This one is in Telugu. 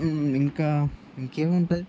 ఇంకా ఇంకేం ఉంటుంది